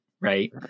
right